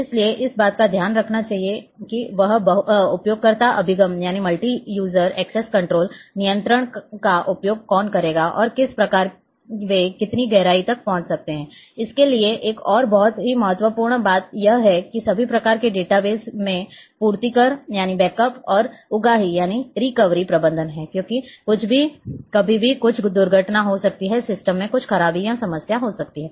इसलिए इस बात का ध्यान रखा जाना चाहिए कि बहु उपयोगकर्ता अभिगम नियंत्रण का उपयोग कौन करेगा और किस प्रकार वे कितनी गहराई तक पहुंच सकते हैं इसके लिए एक और बहुत ही महत्वपूर्ण बात यह है कि सभी प्रकार के डेटा बेस में पूर्तिकर और उगाही प्रबंधन है क्योंकि कुछ भी कभी भी कुछ दुर्घटना हो सकती है सिस्टम में कुछ खराबी या समस्या हो सकती है